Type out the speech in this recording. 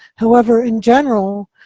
however, in general,